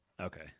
Okay